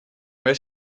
where